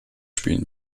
spielen